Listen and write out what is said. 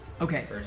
Okay